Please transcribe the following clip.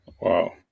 Wow